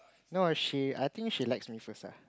no she I think she likes me first ah